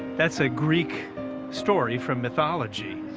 that's a greek story from mythology,